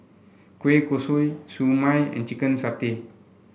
Kueh Kosui Siew Mai and Chicken Satay